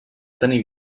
tenir